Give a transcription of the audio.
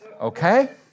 Okay